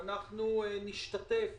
אנחנו נשתתף